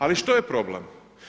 Ali što je problem?